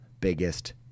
biggest